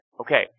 Okay